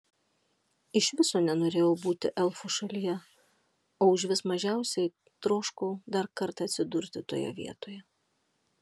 iš viso nenorėjau būti elfų šalyje o užvis mažiausiai troškau dar kartą atsidurti toje vietoje